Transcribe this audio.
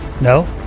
No